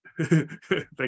thank